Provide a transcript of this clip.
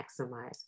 maximize